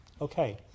Okay